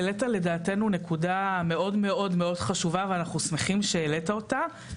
העלית לדעתנו נקודה מאוד מאוד חשובה ואנחנו שמחים שהעלית אותה.